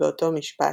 באותו משפט,